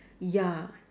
ya